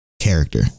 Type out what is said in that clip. character